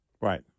Right